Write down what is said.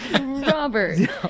Robert